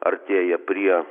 artėja prie